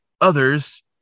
others